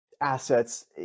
assets